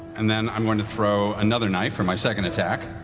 and then i'm going to throw another knife for my second attack.